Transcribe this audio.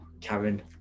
Karen